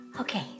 Okay